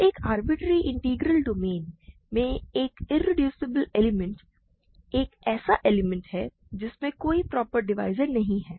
तो एक arbitrary integral domain में एक इरेड्यूसिबल एलिमेंट एक ऐसा एलिमेंट है जिसमें कोई प्रॉपर डिवाइज़र्स नहीं है